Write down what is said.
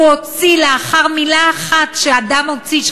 הוא הוציא לאחר מילה אחת שאדם הוציא,